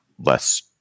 less